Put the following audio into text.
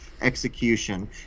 execution